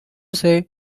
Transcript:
say